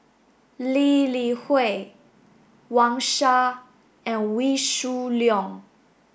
Lee Li Hui Wang Sha and Wee Shoo Leong